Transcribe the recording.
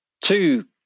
two